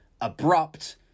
abrupt